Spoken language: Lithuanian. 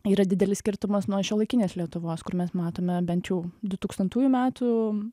yra didelis skirtumas nuo šiuolaikinės lietuvos kur mes matome bent jau du tūkstantųjų metų